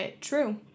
true